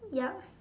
yup